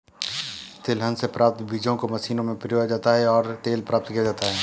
तिलहन से प्राप्त बीजों को मशीनों में पिरोया जाता है और तेल प्राप्त किया जाता है